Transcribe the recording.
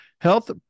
health